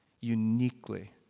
uniquely